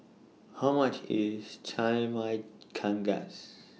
How much IS Chimichangas